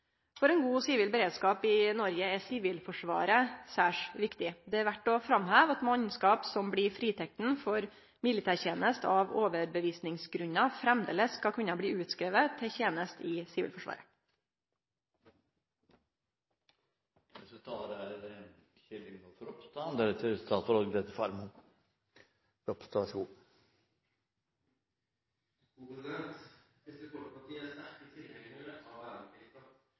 For ein god sivil beredskap i Noreg er Sivilforsvaret særs viktig. Det er verdt å framheve at mannskap som blir fritekne for militærteneste av overtydingsgrunnar, framleis vil kunne bli utskrivne til teneste i Sivilforsvaret. Kristelig Folkeparti er